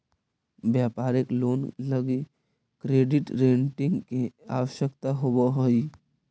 व्यापारिक लोन लगी credit rating के आवश्यकता होवऽ हई